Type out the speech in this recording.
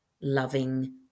loving